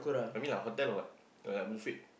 I mean like hotel or what or like buffet